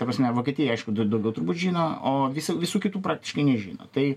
ta prasme vokietiją aišku dar daugiau turbūt žino o visų visų kitų praktiškai nežino tai